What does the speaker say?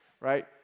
right